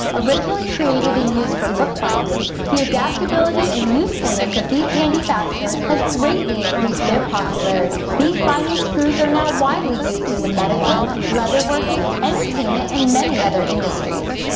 originally created and used for bookbinding, the adaptability and usefulness of these handy fasteners has greatly increased their popularity. these binding screws are now widely used in the medical, leatherworking, entertainment and many other industries.